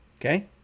Okay